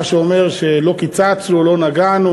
מה שאומר שלא קיצצנו ולא נגענו.